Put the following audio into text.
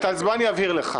אז בוא אני אבהיר לך.